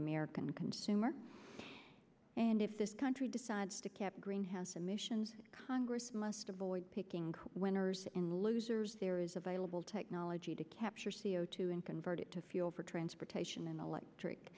american consumer and if this country decides to cap greenhouse emissions congress must avoid picking winners and losers there is available technology to capture c o two and convert it to fuel for transportation and electric